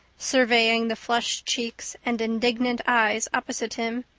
surveying the flushed cheeks and indignant eyes opposite him.